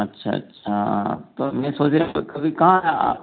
अच्छा अच्छा तो मैं सोच रहा था कि कभी कहाँ है आप